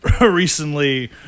recently